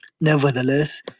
Nevertheless